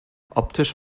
optisch